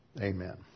Amen